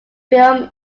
film